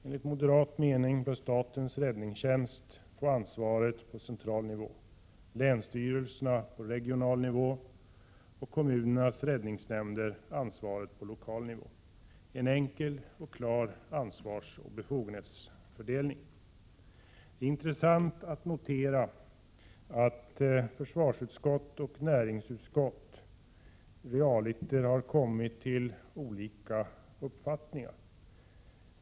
Enligt vår mening bör statens räddningstjänst få ansvaret på central nivå. Länsstyrelserna bör få ansvaret på regional nivå och kommunernas räddningsnämnder på lokal nivå — en enkel och klar ansvarsoch befogenhetsfördelning. Det är intressant att notera att försvarsutskottet och näringsutskottet realiter har framfört olika uppfattningar.